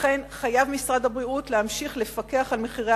לכן חייב משרד הבריאות להמשיך לפקח על מחירי